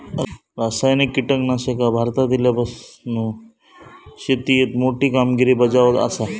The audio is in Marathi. रासायनिक कीटकनाशका भारतात इल्यापासून शेतीएत मोठी कामगिरी बजावत आसा